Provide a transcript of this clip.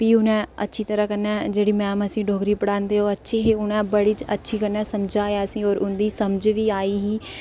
प्ही उ'नें अच्छी तरह कन्नै जेह्ड़ी मैम असेंगी डोगरी पढ़ांदी ओह् अच्छी ही उ'नें बड़ी अच्छी तरीके कन्नै समझाया असें ई होर उंदी समझ बी आई ही